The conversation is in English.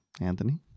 Anthony